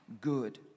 good